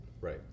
right